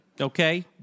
okay